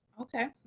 Okay